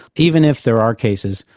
even if there are cases,